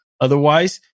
Otherwise